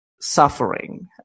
suffering